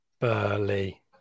Burley